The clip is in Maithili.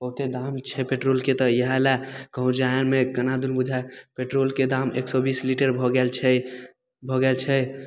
बहुते दाम छै पेट्रोलके तऽ इहए लए कहुँ जाए एहिमे केनादुन बुझाइ हइ पेट्रोलके दाम एक सए बीस लीटर भऽ गेल छै भऽ गेल छै